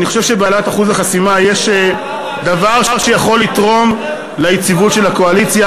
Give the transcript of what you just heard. אני חושב שבהעלאת אחוז החסימה יש דבר שיכול לתרום ליציבות של הקואליציה,